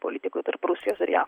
politikoj tarp rusijos ir jav